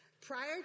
Prior